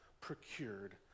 procured